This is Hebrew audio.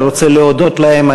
אבל אני רוצה להודות להם.